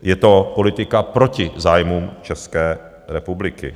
Je to politika proti zájmům České republiky.